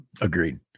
Agreed